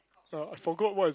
uh I forgot what